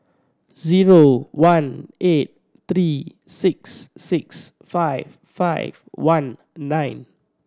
zero one eight three six six five five one nine